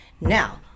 Now